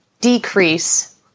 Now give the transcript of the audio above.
decrease